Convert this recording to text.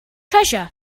treasure